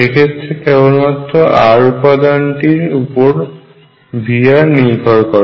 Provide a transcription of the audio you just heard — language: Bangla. এক্ষেত্রে কেবমাত্র r উপাদানটির উপর V নির্ভর করে